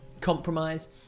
compromise